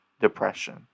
depression